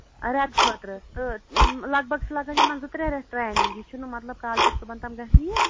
ریٚتہٕ خٲطرٕ تہٕ لگ بھگ چھِ لَگان یِمن زٕ ترٛےٚ ریٚتھ ٹرٛینِٛگہِ یہِ چھُنہٕ مطلب کالہٕ پیٚٹھ صبُحن تام گژھِ نہٕ یہِ